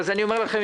אני אומר לכם,